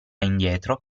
indietro